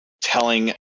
telling